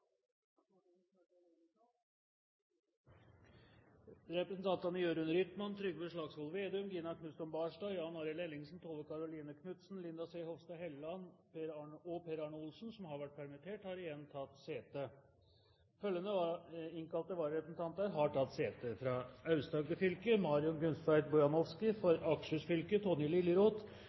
Representantene Jørund Rytman, Trygve Slagsvold Vedum, Gina Knutson Barstad, Jan Arild Ellingsen, Tove Karoline Knutsen, Linda C. Hofstad Helleland og Per Arne Olsen, som har vært permittert, har igjen tatt sete. Følgende innkalte vararepresentanter har tatt sete: